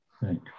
right